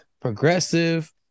Progressive